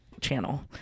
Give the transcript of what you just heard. Channel